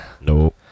No